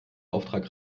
auftrag